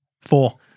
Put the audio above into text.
Four